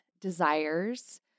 desires